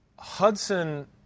Hudson